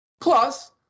Plus